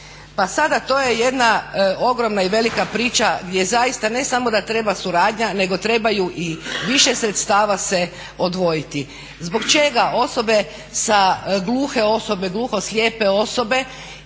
Pa sada to je jedna ogromna i velika priča gdje zaista ne samo da treba suradnja, nego trebaju i više sredstava se odvojiti. Zbog čega osobe sa, gluhe osobe, gluho slijepe osobe